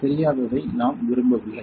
தெரியாததை நாம் விரும்பவில்லை